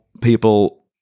people